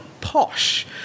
posh